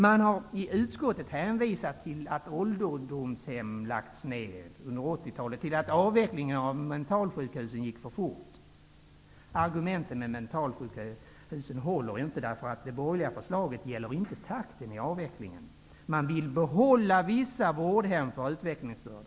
Man har i utskottet hänvisat till att ålderdomshemmen lagts ner under 80-talet och till att avvecklingen av mentalsjukhusen gick för fort. Argumentet med mentalsjukhusen håller inte, därför att det borgerliga förslaget inte gäller takten i utvecklingen. Man vill behålla vissa vårdhem för utvecklingsstörda.